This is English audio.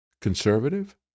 conservative